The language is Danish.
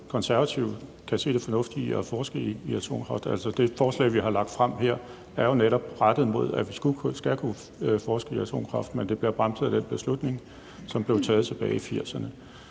Konservative kan se det fornuftige i at forske i atomkraft. Altså, det forslag, vi har lagt frem her, er jo netop rettet mod, at vi skal kunne forske i atomkraft, men det bliver bremset af den beslutning, som blev taget tilbage i 1980'erne.